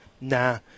Nah